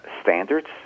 standards